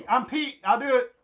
i'm pete i'll do it.